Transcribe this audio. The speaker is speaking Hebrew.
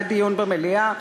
זה דיון במליאה?